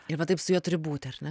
ir va taip su juo turi būti ar ne